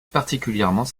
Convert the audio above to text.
particulièrement